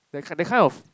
that that kind of